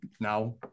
now